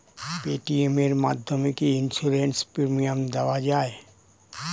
Paytm এর মাধ্যমে কি ইন্সুরেন্স প্রিমিয়াম দেওয়া যায়?